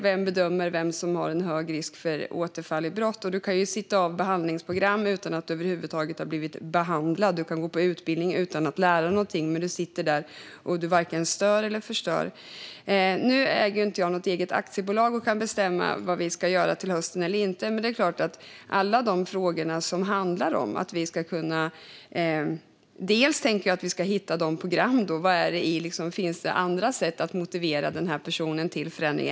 Vem bedömer vem som löper hög risk för återfall i brott? Du kan sitta av behandlingsprogram utan att över huvud taget ha blivit behandlad. Du kan gå på utbildning utan att lära dig någonting, men du sitter där och varken stör eller förstör. Nu äger inte jag något eget aktiebolag och kan inte bestämma vad vi ska göra eller inte göra till hösten. Jag tänker dock att vi ska hitta andra sätt att motivera personen till förändring.